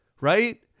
Right